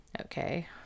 Okay